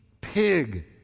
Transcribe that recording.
pig